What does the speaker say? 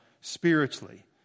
spiritually